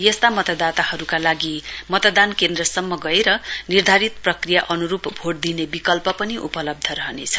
यस्ता मतदाताहरुका लागि मतदान केन्द्रसम्म गएर निर्धारित प्रक्रिया अनुरुप भोट दिने विकल्प पनि उपलब्ध रहनेछ